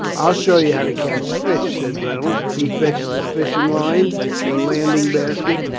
i'll show you how to catch fish, said reynolds. he fetched his fishing-line and landing-basket,